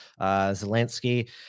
Zelensky